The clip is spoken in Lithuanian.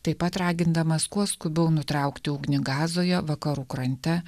taip pat ragindamas kuo skubiau nutraukti ugnį gazoje vakarų krante